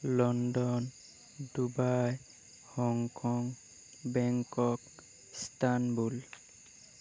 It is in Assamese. London Dubai Hong Kong Bangkok Istanbul